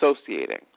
associating